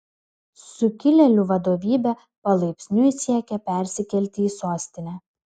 sukilėlių vadovybė palaipsniui siekia persikelti į sostinę